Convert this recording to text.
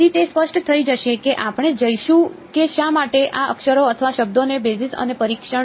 તેથી તે સ્પષ્ટ થઈ જશે કે આપણે જઈશું કે શા માટે આ અક્ષરો અથવા શબ્દોનો બેસિસ અને પરીક્ષણ